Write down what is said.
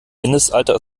mindestalter